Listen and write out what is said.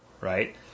right